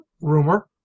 rumor